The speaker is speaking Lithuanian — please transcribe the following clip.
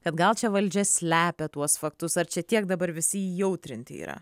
kad gal čia valdžia slepia tuos faktus ar čia tiek dabar visi įjautrinti yra